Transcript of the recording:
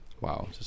Wow